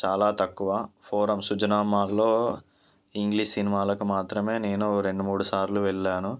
చాలా తక్కువ ఫోరం సుజనామాల్లో ఇంగ్లీష్ సినిమాలకు మాత్రమే నేను రెండు మూడు సార్లు వెళ్లాను